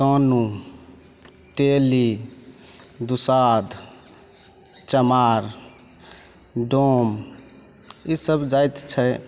कानू तेली दुसाध चमार डोम ई सब जाति छै